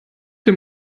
dem